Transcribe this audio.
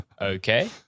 okay